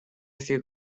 through